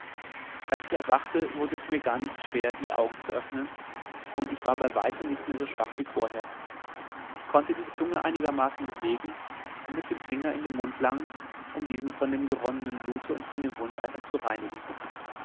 als ich erwachte wurde es mir gar nicht schwer die augen zu öffnen und ich war bei weitem nicht mehr so schwach wie vorher ich konnte die zunge einigermaßen bewegen und mit dem finger in den mund langen um diesen von dem geronnenen blute und von dem wundeiter zu reinigen